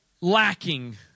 lacking